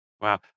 Wow